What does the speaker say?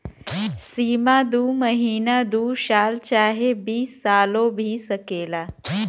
सीमा दू महीना दू साल चाहे बीस सालो भी सकेला